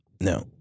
No